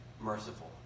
merciful